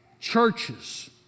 Churches